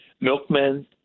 Milkmen